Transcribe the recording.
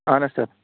اَہَن حظ سَر